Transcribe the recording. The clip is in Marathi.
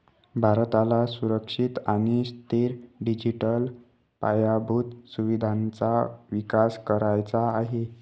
भारताला सुरक्षित आणि स्थिर डिजिटल पायाभूत सुविधांचा विकास करायचा आहे